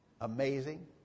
amazing